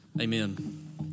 Amen